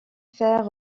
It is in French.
faire